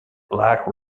like